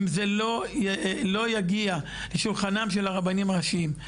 אם זה לא יגיע לשולחנם של הרבנים הראשיים,